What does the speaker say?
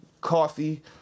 coffee